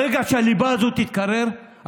ברגע שהליבה הזו תתקרר,